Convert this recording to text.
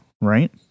right